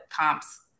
comps